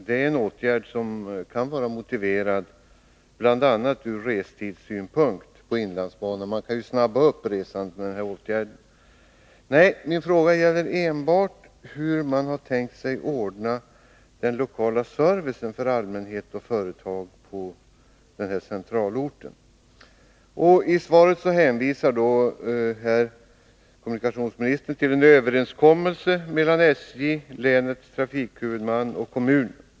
Det är en åtgärd som kan vara motiverad ur restidssynpunkt, eftersom man kan förkorta restiderna för resenärerna på inlandsbanan. Vad min fråga gäller är enbart hur man har tänkt sig att ordna den lokala servicen för allmänhet och företag på centralorten Strömsund. Kommunikationsministern hänvisar i svaret till en överenskommelse som har träffats mellan SJ, länets trafikhuvudman och kommunen.